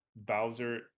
Bowser